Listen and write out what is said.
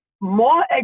more